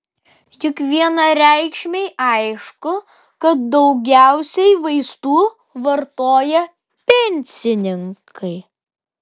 juk vienareikšmiai aišku kad daugiausiai vaistų vartoja pensininkai